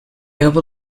able